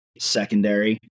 secondary